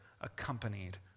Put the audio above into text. accompanied